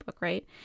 right